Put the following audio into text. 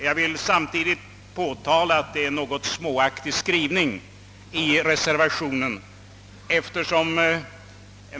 Jag vill samtidigt påtala att denna har en något småaktig skrivning.